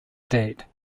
date